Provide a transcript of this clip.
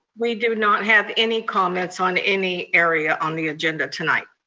we do not have any comments on any area on the agenda tonight.